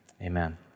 amen